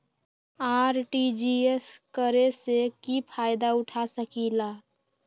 RTGS करे से की फायदा उठा सकीला?